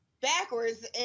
backwards